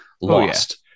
Lost